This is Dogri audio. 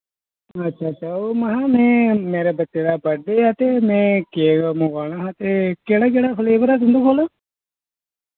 अच्छा अच्छा ओह् महां में मेरे बच्चे दा बर्डे ऐ ते में केक मंगोआना हा ते केह्ड़ा केह्ड़ा फ्लेवर ऐ तुं'दे कोल